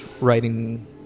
writing